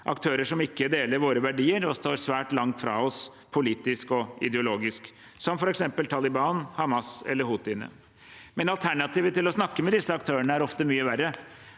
aktører som ikke deler våre verdier og står svært langt fra oss politisk og ideologisk, som f.eks. Taliban, Hamas, eller houthiene. Alternativet til å snakke med disse aktørene er ofte mye verre.